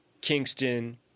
Kingston –